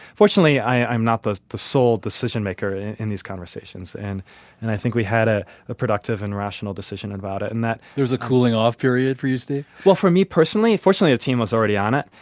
fortunately, i'm not the the sole decision-maker in these conversations. and and i think we had ah a productive and rational decision and about it and that there was a cooling off period for you, steve? well, for me, personally. fortunately, the team was already on it,